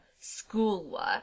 schoolwork